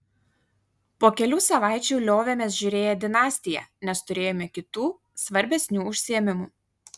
po kelių savaičių liovėmės žiūrėję dinastiją nes turėjome kitų svarbesnių užsiėmimų